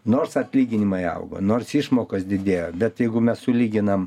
nors atlyginimai augo nors išmokos didėjo bet jeigu mes sulyginam